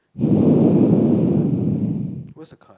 where's the card